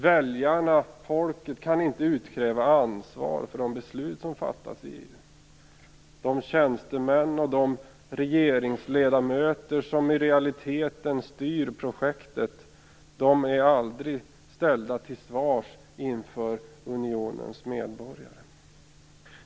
Väljarna, folket, kan inte utkräva ansvar för de beslut som fattas i EU. De tjänstemän och de regeringsledamöter som i realiteten styr projektet blir aldrig ställda till svars inför unionens medborgare.